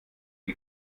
die